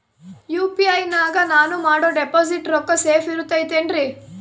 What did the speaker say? UPI ನಾಗ ನಾನು ಮಾಡೋ ಡಿಪಾಸಿಟ್ ರೊಕ್ಕ ಸೇಫ್ ಇರುತೈತೇನ್ರಿ?